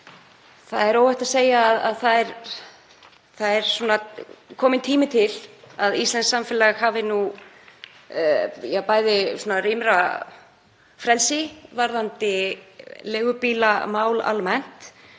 Það er óhætt að segja að það er kominn tími til að í íslensku samfélagi sé rýmra frelsi varðandi leigubílamál almennt